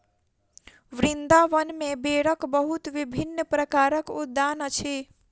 वृन्दावन में बेरक बहुत विभिन्न प्रकारक उद्यान अछि